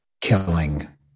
killing